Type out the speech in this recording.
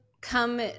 come